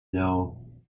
know